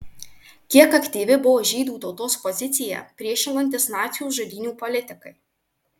kiek aktyvi buvo žydų tautos pozicija priešinantis nacių žudynių politikai